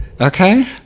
Okay